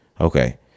Okay